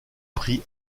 prix